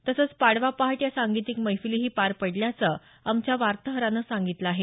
तसंच पाडवा पहाट या सांगीतिक मैफिलीही पार पडल्याचं आमच्या वार्ताहरानं सांगितलं आहे